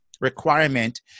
requirement